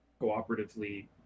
cooperatively